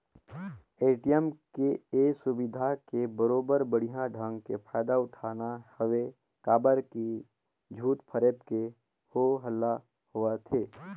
ATM के ये सुबिधा के बरोबर बड़िहा ढंग के फायदा उठाना हवे काबर की झूठ फरेब के हो हल्ला होवथे